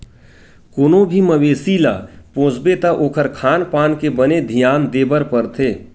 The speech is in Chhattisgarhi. कोनो भी मवेसी ल पोसबे त ओखर खान पान के बने धियान देबर परथे